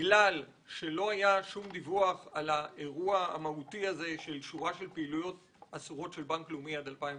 בעקבות זה שלא היה שום דיווח על פעילויות אסורות של בנק לאומי עד 2011?